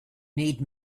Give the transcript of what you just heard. need